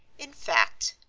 in fact,